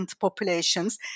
populations